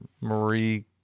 marie